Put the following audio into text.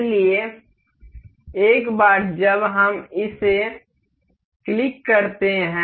इसलिए एक बार जब हम इसे क्लिक करते हैं